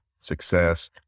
success